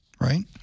Right